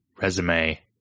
resume